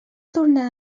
tornar